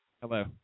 Hello